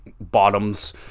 bottoms